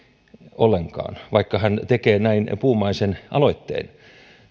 ollenkaan vaikka hän tekee näin puumaisen aloitteen